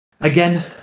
again